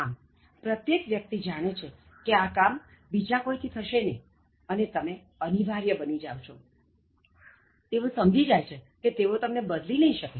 આમપ્રત્યેક વ્યક્તિ જાણે છે કે આ કામ બીજા કોઇ થી થશે નહિ અને તમે અનિવાર્ય બની જાવ છો અને તેઓ સમજી જાય છે કે તેઓ તમને બદલી નહી શકે